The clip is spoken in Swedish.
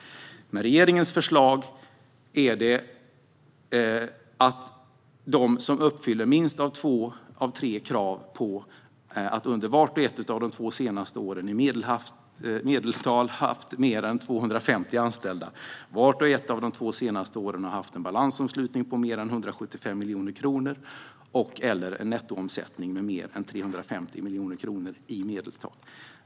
Regeringens förslag gäller de företag som uppfyller minst två av tre krav, nämligen att under vart och ett av de två senaste åren i medeltal ha haft mer än 250 anställda att under vart och ett av de två senaste åren ha haft en balansomslutning på mer än 175 miljoner kronor att under vart och ett av de två senaste åren ha haft en nettoomsättning med mer än 350 miljoner kronor i medeltal.